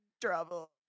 trouble